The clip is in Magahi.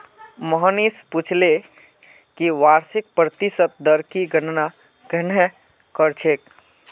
मोहनीश पूछले कि वार्षिक प्रतिशत दर की गणना कंहे करछेक